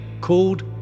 called